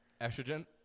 Estrogen